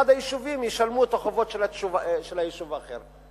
היישובים ישלמו את החובות של היישוב האחר,